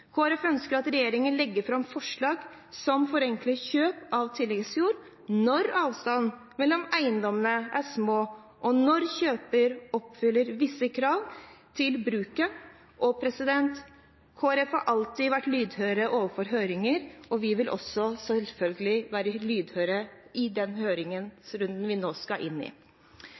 ønsker at regjeringen legger fram forslag som forenkler kjøp av tilleggsjord når avstandene mellom eiendommene er små, og når kjøper oppfyller visse krav til bruk. Kristelig Folkeparti har alltid vært lydhøre overfor høringer, og vi vil selvfølgelig også være lydhøre i den høringsrunden vi nå skal inn i.